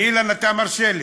ואילן, אתה מרשה לי.